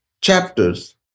chapters